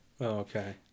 okay